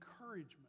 encouragement